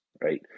right